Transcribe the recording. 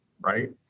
Right